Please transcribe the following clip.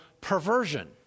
perversion